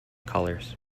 colors